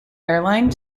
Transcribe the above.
airline